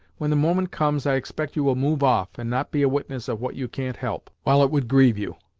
when the moment comes, i expect you will move off, and not be a witness of what you can't help, while it would grieve you.